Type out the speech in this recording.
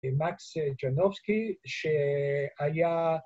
ומקס ג'רנובסקי, שהיה